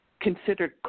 considered